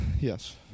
yes